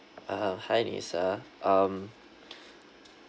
uh hi lisa um